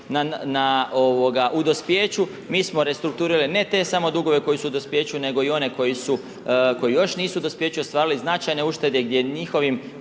u dospijeću, mi smo restrukturirali ne te samo dugove koji su u dospijeću, nego i one koji su, koji još nisu dospijeće ostvarili, značajne uštede gdje njihovim